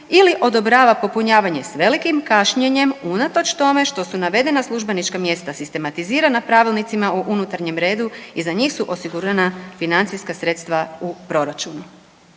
ili odobrava popunjavanje s velikim kašnjenjem unatoč tome što su navedena službenička mjesta sistematizirana pravilnicima o unutarnjem redu i za njih su osigurana financijska sredstva u proračunu.